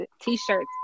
T-shirts